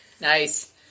Nice